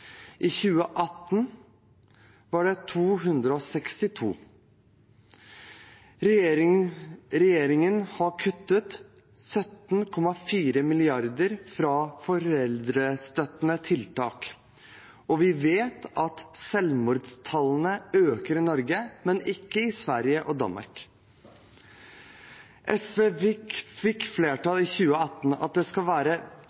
det 262. Regjeringen har kuttet 17,4 mill. kr i foreldrestøttende tiltak. Vi vet at selvmordstallene øker i Norge, men ikke i Sverige og Danmark. SV fikk flertall i 2018 for at det skal være